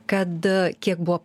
kad kiek buvo